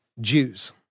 Jews